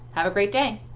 have a great day!